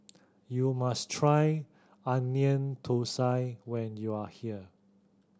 you must try Onion Thosai when you are here